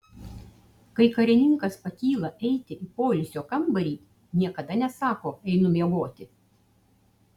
kai karininkas pakyla eiti į poilsio kambarį niekada nesako einu miegoti